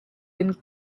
and